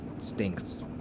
stinks